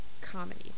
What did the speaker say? comedy